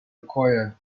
required